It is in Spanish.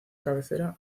cabecera